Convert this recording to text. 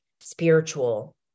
spiritual